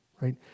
right